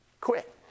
Quit